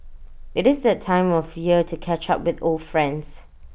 IT is that time of year to catch up with old friends